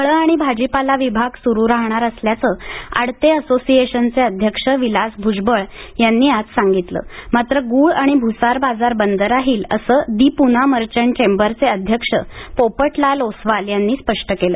फळं आणि भाजीपाला विभाग सुरू राहणार असल्याचं आडते असोसिएशनचे अध्यक्ष विलास भुजबळ यांनी आज सांगितलं मात्र गुळ आणि भूसार बाजार बंद राहील असं दि पूना मर्चंट चेंबरचे अध्यक्ष पोपटलाल ओस्तवाल यांनी स्पष्ट केलं